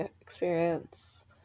experience